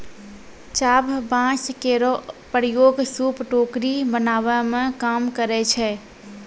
चाभ बांस केरो प्रयोग सूप, टोकरी बनावै मे काम करै छै